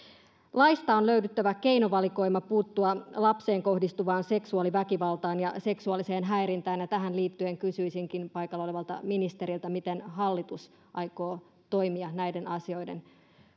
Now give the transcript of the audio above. laista on löydyttävä keinovalikoima puuttua lapseen kohdistuvaan seksuaaliväkivaltaan ja seksuaaliseen häirintään ja tähän liittyen kysyisinkin paikalla olevalta ministeriltä miten hallitus aikoo toimia näiden asioiden